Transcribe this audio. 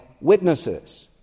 witnesses